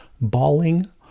bawling